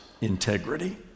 integrity